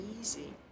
easy